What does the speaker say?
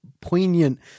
poignant